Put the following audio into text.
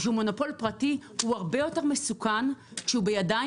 כשהוא מונופול פרטי הוא הרבה יותר מסוכן כשהוא בידיים